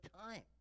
time